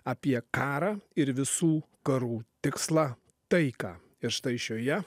apie karą ir visų karų tikslą taiką ir štai šioje